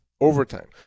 overtime